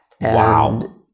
Wow